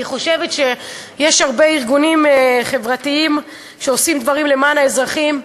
אני חושבת שיש הרבה ארגונים חברתיים שעושים דברים למען האזרחים.